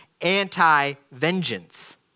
anti-vengeance